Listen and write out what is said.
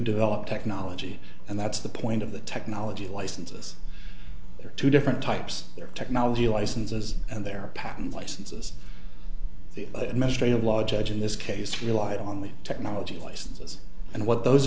develop technology and that's the point of the technology licenses are two different types of technology licenses and their patent licenses the administrative law judge in this case relied on the technology places and what those